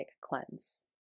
cleanse